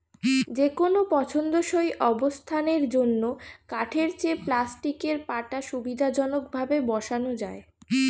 যেকোনো পছন্দসই অবস্থানের জন্য কাঠের চেয়ে প্লাস্টিকের পাটা সুবিধাজনকভাবে বসানো যায়